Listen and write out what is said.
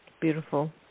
Beautiful